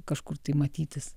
kažkur tai matytis